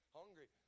hungry